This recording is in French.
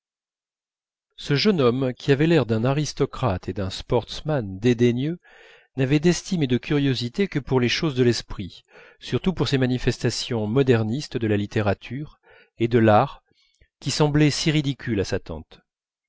ce jeune homme qui avait l'air d'un aristocrate et d'un sportsman dédaigneux n'avait d'estime et de curiosité que pour les choses de l'esprit surtout pour ces manifestations modernistes de la littérature et de l'art qui semblaient si ridicules à sa tante